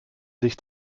sich